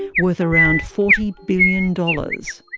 worth around forty billion dollars.